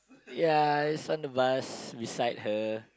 ya it's on the bus beside her